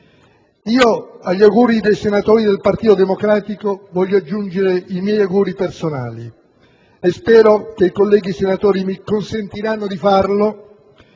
Agli auguri dei senatori del Partito Democratico voglio aggiungere i miei auguri personali, e spero che i colleghi senatori mi consentiranno di farlo,